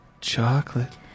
chocolate